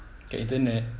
kat internet